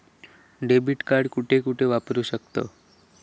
Debit card कुठे कुठे वापरू शकतव?